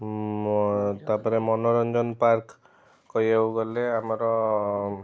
ଉଁ ମୋ ତାପରେ ମନୋରଞ୍ଜନ ପାର୍କ କହିବାକୁ ଗଲେ ଆମର